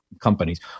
companies